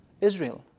Israel